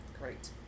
Great